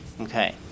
Okay